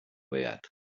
beat